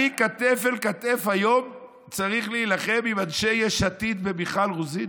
אני כתף אל כתף היום צריך להילחם עם אנשי יש עתיד ומיכל רוזין.